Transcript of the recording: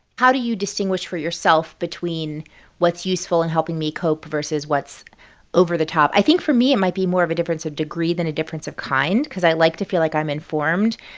how do you distinguish for yourself between what's useful in helping me cope versus what's over the top? i think, for me, it might be more of a difference of degree than a difference of kind cause i like to feel like i'm informed,